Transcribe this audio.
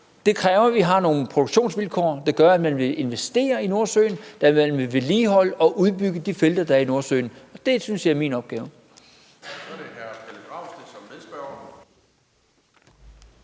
Det kræver, at vi har nogle produktionsvilkår, der gør, at man vil investere i Nordsøen, at man vil vedligeholde og udbygge de felter, der er i Nordsøen. Det synes jeg er min opgave.